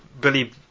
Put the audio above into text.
Billy